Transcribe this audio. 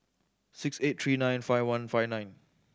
six eight three nine five one five nine